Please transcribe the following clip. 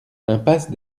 impasse